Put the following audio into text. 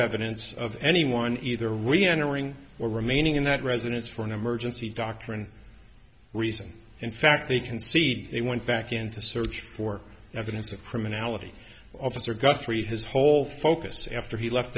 evidence of anyone either re entering or remaining in that residence for an emergency doctrine reason in fact they concede they went back into search for evidence of criminality officer guthrie his whole focus after he left